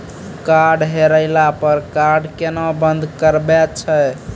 Card हेरैला पर card केना बंद करबै छै?